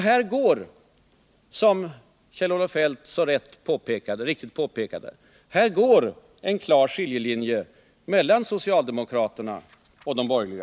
Här går, som Kjell-Olof Feldt så riktigt påpekade, en klar skiljelinje mellan socialdemokraterna och de borgerliga.